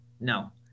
no